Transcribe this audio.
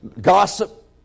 gossip